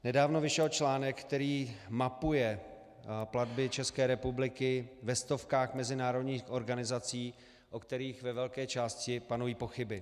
Nedávno vyšel článek, který mapuje platby České republiky ve stovkách mezinárodních organizací, o kterých ve velké části panují pochyby.